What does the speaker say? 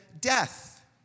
death